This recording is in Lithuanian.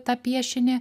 tą piešinį